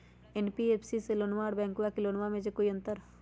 NBFC से लोनमा आर बैंकबा से लोनमा ले बे में कोइ अंतर?